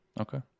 Okay